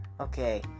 okay